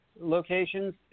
locations